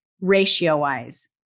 ratio-wise